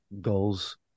goals